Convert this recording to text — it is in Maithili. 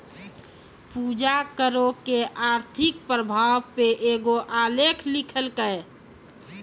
पूजा करो के आर्थिक प्रभाव पे एगो आलेख लिखलकै